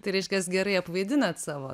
tai reiškias gerai apvaidinat savo